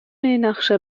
نقشه